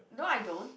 no I don't